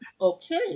okay